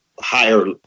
higher